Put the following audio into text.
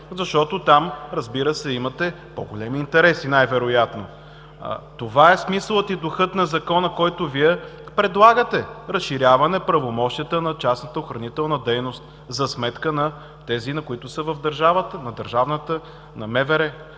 защото там, разбира се, имате по-големи интереси, най-вероятно. Това е смисълът и духът на Закона, който Вие предлагате – разширяване правомощията на частната охранителна дейност за сметка на тези, които са в държавата, в МВР.